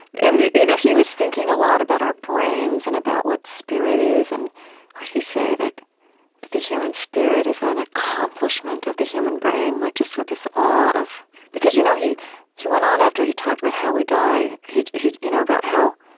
and you know he was thinking a lot about our brains and about what spirit is, and what did he say that that the human spirit is an accomplishment of the human brain? like just with this awe of because you know he he went on, after he talked about how we die, you know about how